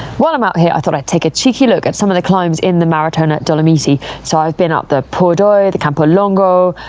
while i'm out here i thought i'd take a cheeky look at some of the climbs in the maratona dolomite. so i've been up the pordoi, the campolongo,